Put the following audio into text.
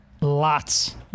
Lots